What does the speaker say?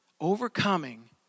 overcoming